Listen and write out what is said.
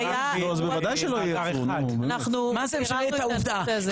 את העובדה,